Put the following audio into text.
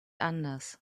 anders